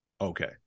Okay